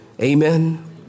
Amen